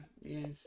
yes